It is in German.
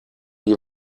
die